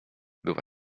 była